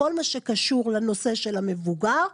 כל מה שקשור לנושא של המבוגר.